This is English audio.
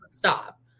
stop